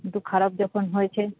কিন্তু খারাপ যখন হয়েছে